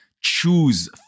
choose